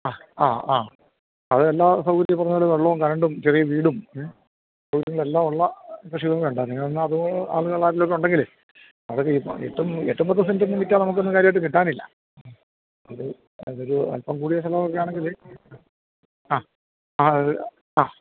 ആ ആ ആ അത് എല്ലാ സൗകര്യങ്ങളും നല്ല വെള്ളവും കറൻറ്റും ചെറിയ വീടും ഭൂമിയും എല്ലാം ഉള്ള കൃഷി ഭൂമിയും ഉണ്ട് ഒരുവിധം നല്ല ആളുണ്ടെങ്കിൽ അത് എട്ടും എട്ടും പത്തും സെൻറ്റ് കിട്ടിയാൽ നമുക്ക് കാര്യമായിട്ടൊന്നും കിട്ടാനില്ല ഒരു ഒരു അൽപ്പം കൂടി സ്ഥലമാണെങ്കിൽ ആ ആ ഈ ആ